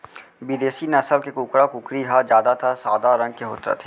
बिदेसी नसल के कुकरा, कुकरी ह जादातर सादा रंग के रथे